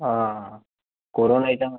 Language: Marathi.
हा कोरोना याच्यान